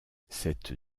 cette